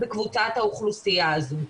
בקבוצת האוכלוסייה הזו.